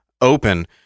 open